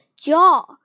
Jaw